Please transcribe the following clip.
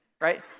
right